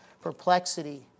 perplexity